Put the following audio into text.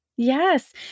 Yes